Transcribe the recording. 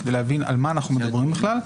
כדי להבין על מה אנחנו מדברים בכלל,